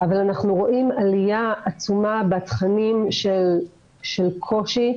אבל אנחנו רואים עליה עצומה בתכנים של קושי,